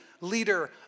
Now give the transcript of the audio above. leader